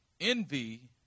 Envy